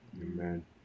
Amen